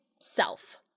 self